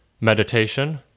meditation